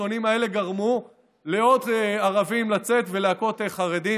הסרטונים האלה גרמו לעוד ערבים לצאת ולהכות חרדים.